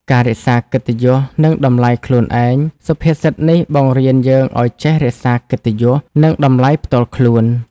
ការរក្សាកិត្តិយស និងតម្លៃខ្លួនឯង សុភាសិតនេះបង្រៀនយើងឲ្យចេះរក្សាកិត្តិយស និងតម្លៃផ្ទាល់ខ្លួន។